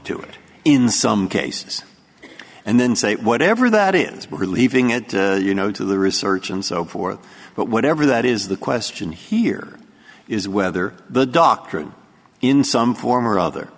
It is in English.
to it in some cases and then say whatever that is were leaving it to you know to the research and so forth but whatever that is the question here is whether the doctrine in some form or other